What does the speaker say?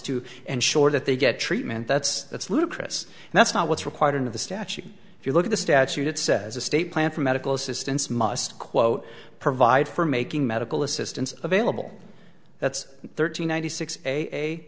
to ensure that they get treatment that's that's ludicrous and that's not what's required of the statute if you look at the statute it says a state plan for medical assistance must quote provide for making medical assistance available that's thirty nine hundred six a eight